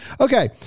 Okay